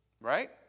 right